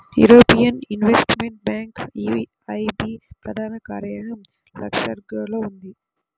European investment bank EIB ప్రధాన కార్యాలయం లక్సెంబర్గ్లో ఉంది